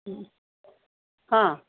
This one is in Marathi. हां